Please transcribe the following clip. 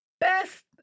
best